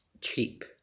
cheap